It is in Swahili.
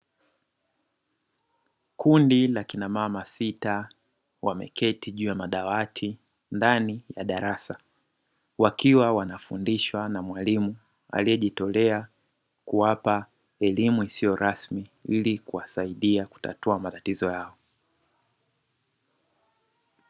Kundi la akina mama sita wameketi juu ya madawati ndani ya darasa wakiwa wanafundishwa na mwalimu aliyejitolea kuwapa elimu isiyo rasmi ili kuwasaidia kutatua matatizo yao.